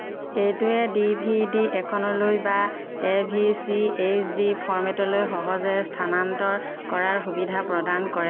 এইটোৱে D V D এখনলৈ বা A V C H D ফৰ্মেটলৈ সহজে স্থানান্তৰ কৰাৰ সুবিধা প্ৰদান কৰে